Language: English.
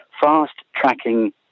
fast-tracking